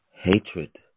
Hatred